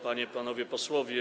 Panie i Panowie Posłowie!